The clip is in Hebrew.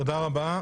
תודה רבה.